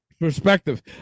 perspective